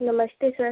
नमस्ते सर